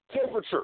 temperature